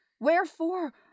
wherefore